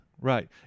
right